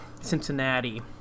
Cincinnati